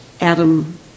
Adam